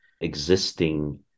existing